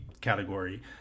category